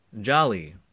jolly